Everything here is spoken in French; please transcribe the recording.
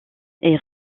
est